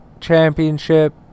Championship